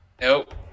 nope